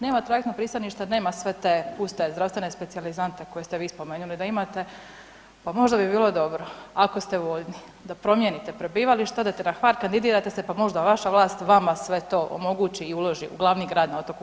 Nema trajektno pristaništa jer nema sve te puste zdravstvene specijalizante koje ste vi spomenuli da imate, pa možda bi bilo dobro ako ste voljni, da promijenite prebivalište, odete na Hvar, kandidirate se pa možda vaša vlast vama sve to omogući i uloži u glavni grad na otoku Hvaru.